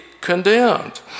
condemned